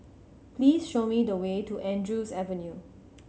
please show me the way to Andrews Avenue